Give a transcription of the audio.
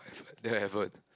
effort that effort